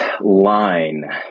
line